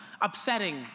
upsetting